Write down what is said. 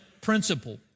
principle